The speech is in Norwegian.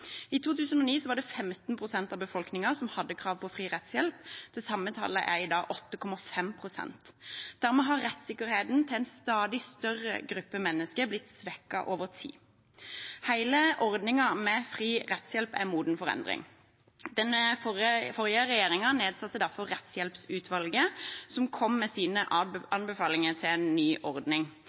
I 2009 var det 15 pst. av befolkningen som hadde krav på fri rettshjelp, det samme tallet er i dag 8,5 pst. Dermed har rettssikkerheten for en stadig større gruppe mennesker blitt svekket over tid. Hele ordningen med fri rettshjelp er moden for endring. Den forrige regjeringen nedsatte derfor Rettshjelpsutvalget, som kom med sine anbefalinger til en ny ordning.